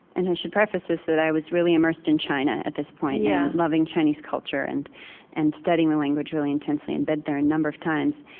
and i should preface this, that i was really immersed in china at this point and yeah loving chinese culture and and studying the language really intensely and been there a number of times.